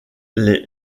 les